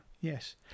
Yes